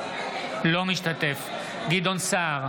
אינו משתתף בהצבעה גדעון סער,